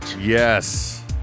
Yes